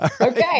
Okay